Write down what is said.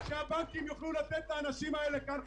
מה זאת אומרת ב-level הנמוך?